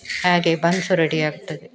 ಹಾಗೆ buns ready ಆಗ್ತದೆ